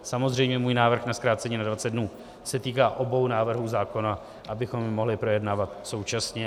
Samozřejmě můj návrh na zkrácení na 20 dnů se týká obou návrhů zákona, abychom je mohli projednávat současně.